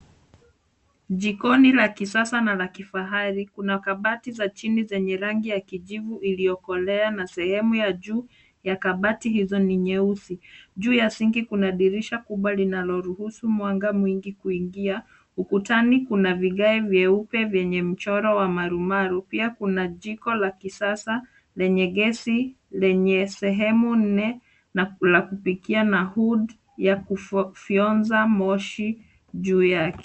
Jikoni la kisasa na la kifahari. Kuna kabati za chini zenye rangi ya kijivu iliyokolea na sehemu ya juu ya kabati hizo ni nyeusi. Juu ya sink kuna dirisha kubwa linaloruhusu mwanga mwingi kuingia. Ukutani kuna vigae vyeupe vyenye mchoro wa marumaru. Pia kuna jiko la kisasa lenye gesi, lenye sehemu nne ya kupikia na hudi ya kufyonza moshi juu yake.